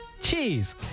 Cheese